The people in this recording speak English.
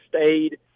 stayed –